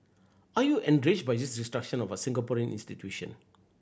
are you enraged by this destruction of a Singaporean institution